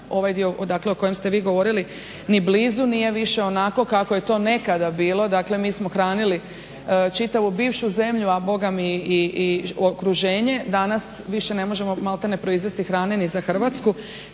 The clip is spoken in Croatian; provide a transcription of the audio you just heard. ovaj dio dakle o kojem ste vi govorili ni blizu nije više onako kako je to nekada bilo, dakle mi smo hranili čitavu bivšu zemlju, a Boga mi i okruženje. Danas više ne možemo malte ne proizvesti hrane ni za Hrvatsku.